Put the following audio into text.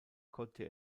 konnte